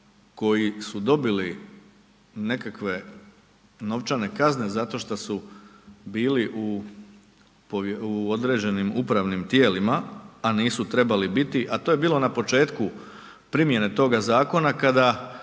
koji su dobili nekakve novčane kazne zato šta su bilu u određenim tijelima a nisu trebali biti, a to je bilo na početku primjene toga zakona, kada